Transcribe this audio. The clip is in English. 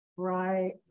Right